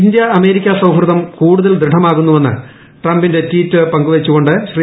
India America സൌഹൃദം കൂടുതൽ ദൃഢമാകുന്നുവെന്ന് ട്രംപിന്റെ ട്വീറ്റ് പങ്കുവച്ചുകൊണ്ട് ശ്രീ